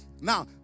Now